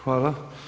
Hvala.